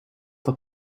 dat